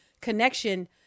connection